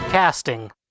Casting